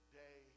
day